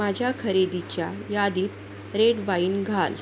माझ्या खरेदीच्या यादीत रेड वाईन घाल